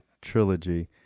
trilogy